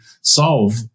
solve